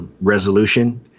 resolution